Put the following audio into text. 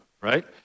right